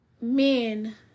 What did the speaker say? men